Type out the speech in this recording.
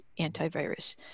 antivirus